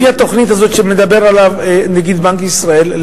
לפי התוכנית שנגיד בנק ישראל מדבר עליה,